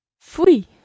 Fui